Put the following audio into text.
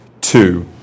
two